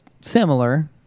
similar